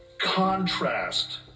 Contrast